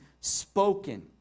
spoken